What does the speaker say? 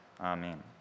amen